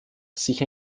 sich